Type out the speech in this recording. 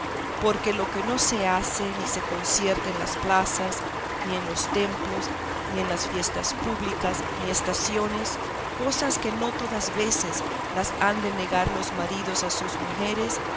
porque lo que no se hace ni concierta en las plazas ni en los templos ni en las fiestas públicas ni estaciones cosas que no todas veces las han de negar los maridos a sus mujeres